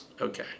Okay